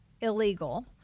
Illegal